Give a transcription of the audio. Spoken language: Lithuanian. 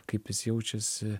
kaip jis jaučiasi